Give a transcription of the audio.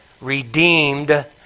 redeemed